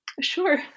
Sure